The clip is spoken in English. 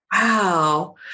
Wow